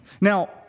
Now